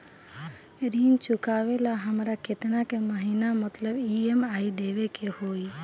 ऋण चुकावेला हमरा केतना के महीना मतलब ई.एम.आई देवे के होई?